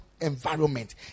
environment